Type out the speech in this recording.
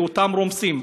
ואותם רומסים.